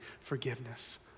forgiveness